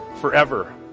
forever